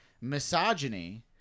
misogyny